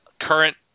current